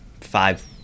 five